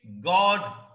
God